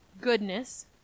goodness